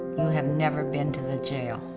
you have never been to the jail.